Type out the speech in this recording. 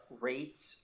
rates